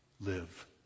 live